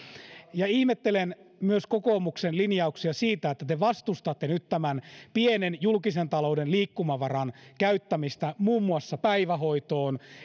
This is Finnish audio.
ihmettelen myös kokoomuksen linjauksia siitä että te vastustatte nyt tämän pienen julkisen talouden liikkumavaran käyttämistä muun muassa päivähoitoon